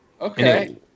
okay